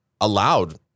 allowed